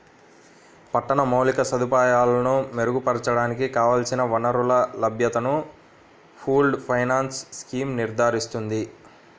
పట్టణ మౌలిక సదుపాయాలను మెరుగుపరచడానికి కావలసిన వనరుల లభ్యతను పూల్డ్ ఫైనాన్స్ స్కీమ్ నిర్ధారిస్తుంది